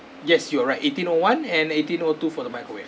yes you are right eighteen O one and eighteen O two for the microwave